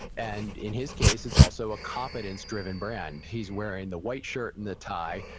and, in his case, is also a competence driven brand. he's wearing the white shirt and the tie,